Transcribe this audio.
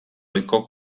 ohiko